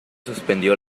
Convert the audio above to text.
suspendió